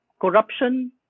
corruption